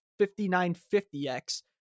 5950x